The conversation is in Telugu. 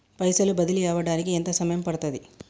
పైసలు బదిలీ అవడానికి ఎంత సమయం పడుతది?